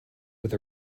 with